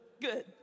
good